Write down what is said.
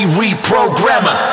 reprogrammer